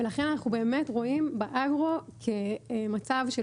ולכן אנחנו באמת רואים באגרו כמצב של